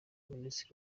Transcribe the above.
minisitiri